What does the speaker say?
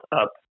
up